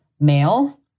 male